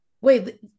wait